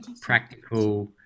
practical